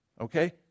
Okay